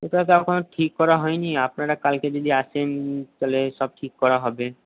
ওসব এখনও তো ঠিক করা হয়নি আপনারা কালকে যদি আসেন তাহলে সব ঠিক করা হবে